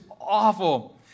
awful